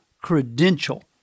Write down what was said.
credential